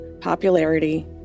popularity